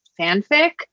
fanfic